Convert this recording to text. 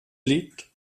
liegt